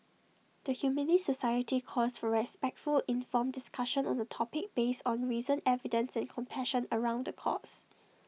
the Humanist society calls for respectful informed discussion on the topic based on reason evidence and compassion around the cause